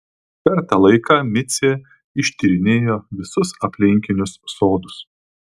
per tą laiką micė ištyrinėjo visus aplinkinius sodus